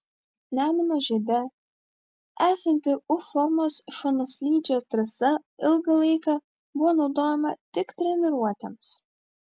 nemuno žiede esanti u formos šonaslydžio trasa ilgą laiką buvo naudojama tik treniruotėms